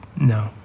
No